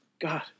God